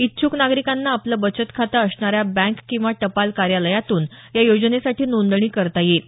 इच्छुक नागरिकांना आपलं बचत खातं असणाऱ्या बँक किंवा टपाल कार्यालयातून या योजनेसाठी नोंदणी करता येईल